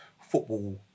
football